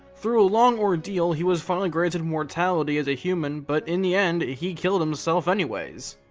through a long ordeal, he was finally granted mortality as a human, but in the end, he killed himself anyways.